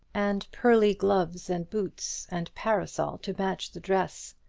and pearly gloves and boots and parasol to match the dress!